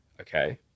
Okay